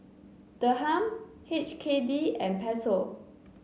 Dirham H K D and Peso